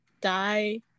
die